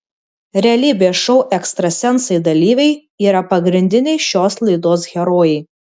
realybės šou ekstrasensai dalyviai yra pagrindiniai šios laidos herojai